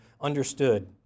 understood